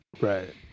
Right